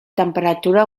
temperatura